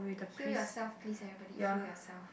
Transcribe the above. kill yourself please everybody kill yourself